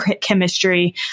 chemistry